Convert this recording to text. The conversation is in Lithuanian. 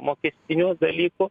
mokestinių dalykų